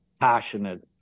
passionate